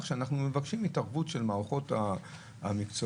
שאנחנו מבקשים התערבות של מערכות המקצועיות,